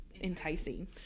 enticing